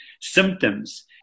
symptoms